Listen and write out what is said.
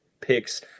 Picks